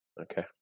Okay